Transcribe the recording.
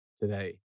today